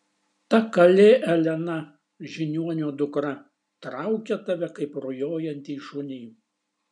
ta kalė elena žiniuonio dukra traukia tave kaip rujojantį šunį